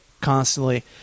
constantly